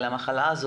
דיון מהיר בנושא: